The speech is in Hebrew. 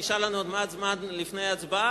נשאר לנו עוד מעט זמן לפני ההצבעה,